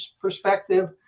perspective